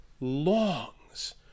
longs